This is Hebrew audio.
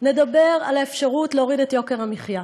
נדבר על האפשרות להוריד את יוקר המחיה.